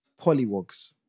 polywogs